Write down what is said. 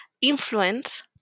influence